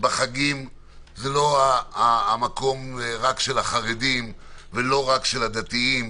בחגים זה לא המקום רק של החרדים ולא רק של הדתיים,